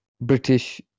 british